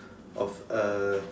of a